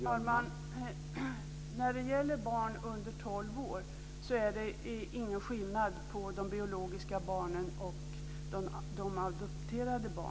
Herr talman! När det gäller barn under 12 år är det ingen skillnad på de biologiska barnen och de adopterade.